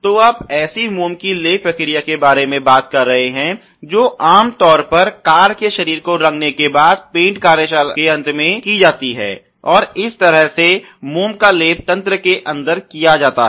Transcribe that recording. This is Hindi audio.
तो आप ऐसी मोम के लेप की प्रक्रिया के बारे में बात कर रहे हैं जो आमतौर पर कार के शरीर को रंगने के बाद पेंट कार्यशाला के अंत में की जाती है और इस तरह से मोम का लेप तंत्र के अंदर किया जाता है